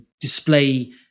display